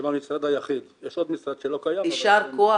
יישר כוח.